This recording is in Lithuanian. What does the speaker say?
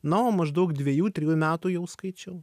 na o maždaug dvejų trijų metų jau skaičiau